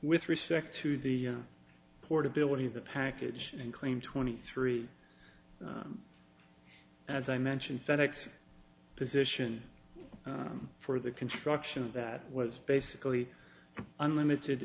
with respect to the portability of the package and claim twenty three as i mentioned fenix position for the construction of that was basically unlimited